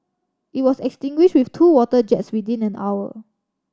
it was extinguished with two water jets within an hour